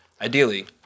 ideally